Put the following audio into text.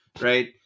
right